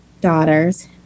daughters